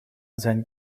zijn